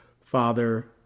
Father